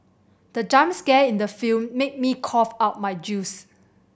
the jump scare in the film made me cough out my juice